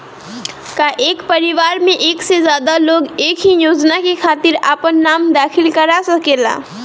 का एक परिवार में एक से ज्यादा लोग एक ही योजना के खातिर आपन नाम दाखिल करा सकेला?